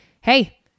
Hey